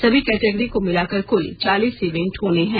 सभी कैटेगरी को मिलाकर कल चालीस इवेंट होने हैं